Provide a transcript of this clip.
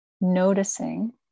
noticing